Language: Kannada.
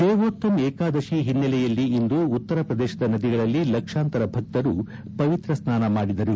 ದೇವೋತ್ತಮ್ ಏಕಾದಶಿ ಹಿನ್ನೆಲೆಯಲ್ಲಿಂದು ಉತ್ತರ ಪ್ರದೇಶದ ನದಿಗಳಲ್ಲಿ ಲಕ್ಷಾಂತರ ಭಕ್ತರು ಪವಿತ್ರ ಸ್ನಾನ ಮಾಡಿದರು